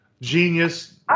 genius